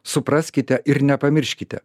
supraskite ir nepamirškite